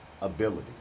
ability